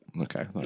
Okay